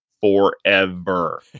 forever